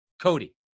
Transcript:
Cody